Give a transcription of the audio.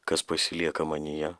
kas pasilieka manyje